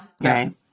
Right